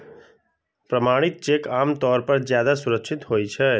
प्रमाणित चेक आम तौर पर ज्यादा सुरक्षित होइ छै